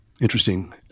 interesting